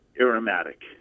aromatic